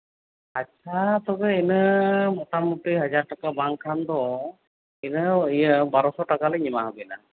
ᱟᱪᱪᱷᱟ ᱛᱚᱵᱮ ᱤᱱᱟᱹ ᱢᱳᱴᱟᱢᱩᱴᱤ ᱦᱟᱡᱟᱨ ᱴᱟᱠᱟ ᱵᱟᱝᱠᱷᱟᱱ ᱫᱚ ᱤᱱᱟᱹ ᱵᱟᱨᱚᱥᱚ ᱴᱟᱠᱟ ᱞᱤᱧ ᱮᱢᱟ ᱟᱹᱵᱤᱱᱟ